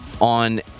on